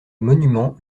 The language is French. monument